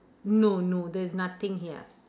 no no there's nothing here